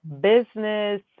business